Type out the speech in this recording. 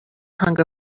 hunger